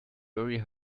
very